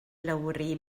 lowri